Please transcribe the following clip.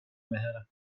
mehele